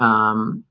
um,